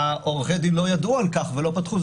עורכי הדין לא ידעו על-כך ולא פתחו.